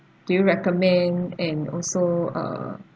do you recommend and also uh